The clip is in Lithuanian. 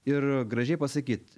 ir gražiai pasakyt